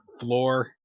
floor